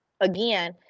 again